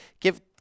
give